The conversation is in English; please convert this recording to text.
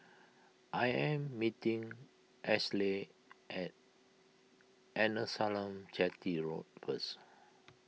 I am meeting Ashleigh at Arnasalam Chetty Road first